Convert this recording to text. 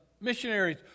missionaries